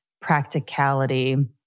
practicality